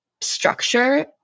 structure